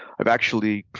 i've actually,